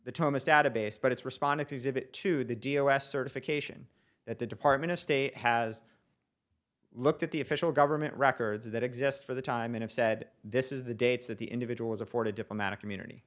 the thomas database but it's responded to exhibit two the d o f certification that the department of state has looked at the official government records that exist for the time and i've said this is the dates that the individual is afforded diplomatic immunity